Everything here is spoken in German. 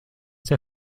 der